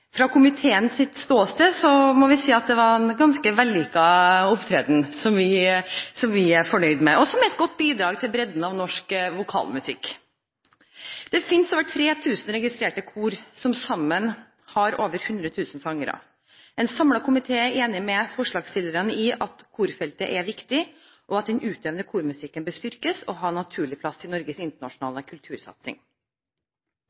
Fra komiteens ståsted må vi si at det var en ganske vellykket opptreden, som vi er fornøyd med, og som er et godt bidrag til bredden i norsk vokalmusikk. Det finnes over 3 000 registrerte kor, som sammen har over 100 000 sangere. En samlet komité er enig med forslagsstillerne i at korfeltet er viktig, og at den utøvende kormusikken bør styrkes og ha en naturlig plass i Norges